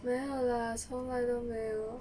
没有 lah 从来都没有